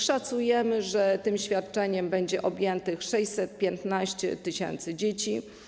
Szacujemy, że tym świadczeniem będzie objętych 615 tys. dzieci.